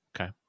Okay